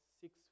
six